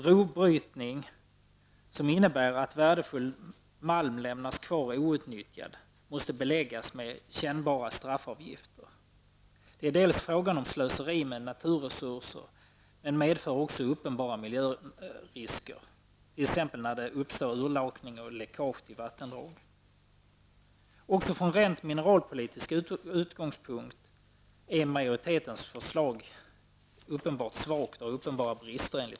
Rovbrytning, som innebär att värdefull malm lämnas kvar outnyttjad, måste beläggas med kännbara straffavgifter. Det är slöseri med naturresurser men medför också uppenbara miljörisker, t.ex. när det uppstår urlakning och läckage till vattendrag. Också från rent mineralpolitisk utgångspunkt har majoritetens förslag enligt vår uppfattning uppenbara brister.